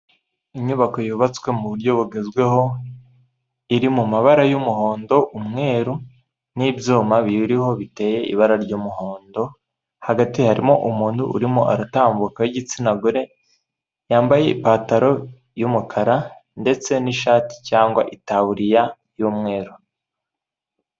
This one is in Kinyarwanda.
Inyubako yubatswe mu buryo bugezweho, iri mu mabara y'umuhondo, umweru n'ibyuma biyiriho biteye ibara ry'umuhondo, hagati harimo umuntu urimo aratambuka w'igitsina gore, yambaye ipataro y'umukara ndetse n'icyati cyangwa itaburiya y'umweru.